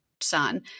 son